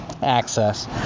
access